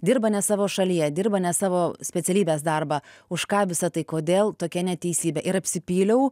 dirba ne savo šalyje dirba ne savo specialybės darbą už ką visa tai kodėl tokia neteisybė ir apsipyliau